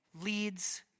leads